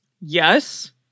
Yes